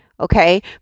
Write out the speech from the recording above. okay